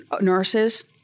nurses